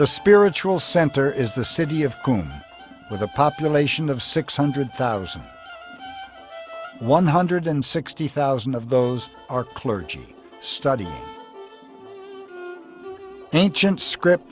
the spiritual center is the city of qum with a population of six hundred thousand one hundred sixty thousand of those are clergy study ancient script